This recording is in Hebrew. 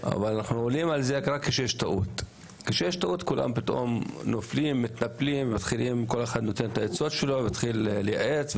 אבל כשיש טעות כולם מתנפלים ומתחילים לייעץ,